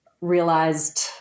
realized